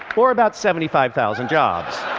or about seventy five thousand jobs.